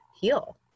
heal